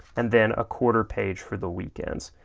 and then a quarter page for the weekends.